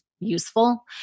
useful